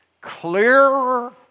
clearer